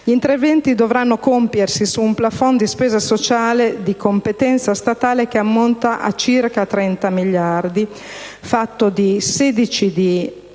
Gli interventi dovranno compiersi su un *plafond* di spesa sociale di competenza statale che ammonta a circa 30 miliardi di euro,